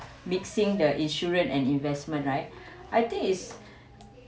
mixing the insurance and investment right I think is